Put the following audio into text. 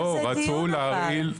לא, רצו להרעיל כלבים.